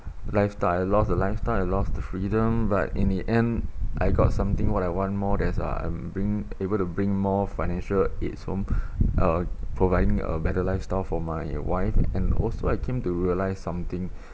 lifestyle lost a lifestyle I lost the freedom but in the end I got something what I want more there's uh um bring able to bring more financial aids home uh providing a better lifestyle for my wife and also I came to realise something